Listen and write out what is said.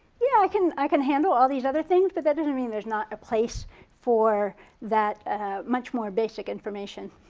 yeah i can i can handle all these other things but that doesn't mean there's not a place for that much more basic information.